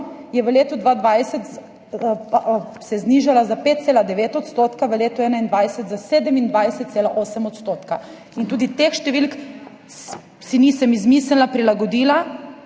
je v letu 2020 znižala za 5,9 %, v letu 2021 za 27,8 %. Tudi teh številk si nisem izmislila, prilagodila.